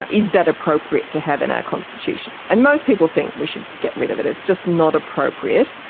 is that appropriate to have in our constitution? and most people think we should get rid of it, it's just not appropriate.